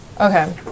Okay